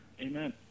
Amen